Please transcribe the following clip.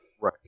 Right